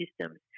systems